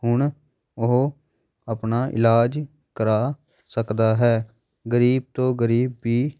ਹੁਣ ਉਹ ਆਪਣਾ ਇਲਾਜ ਕਰਵਾ ਸਕਦਾ ਹੈ ਗਰੀਬ ਤੋਂ ਗਰੀਬ ਵੀ